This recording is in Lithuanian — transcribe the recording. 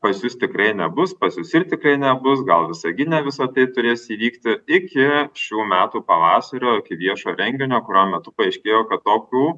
pas jus tikrai nebus pas jus ir tikrai nebus gal visagine visa tai turės įvykti iki šių metų pavasario iki viešo renginio kurio metu paaiškėjo kad tokių